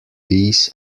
bees